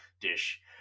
dish